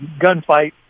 gunfight